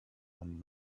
one